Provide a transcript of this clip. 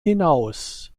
hinaus